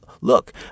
look